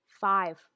Five